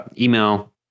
email